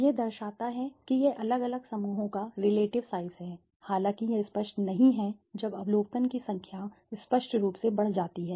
यह दर्शाती है कि यह अलग अलग समूहों का रिलेटिव साइज़ है हालांकि यह स्पष्ट नहीं है जब अवलोकन की संख्या स्पष्ट रूप से बढ़ जाती है